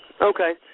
Okay